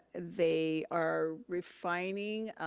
they are refining,